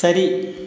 சரி